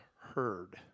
heard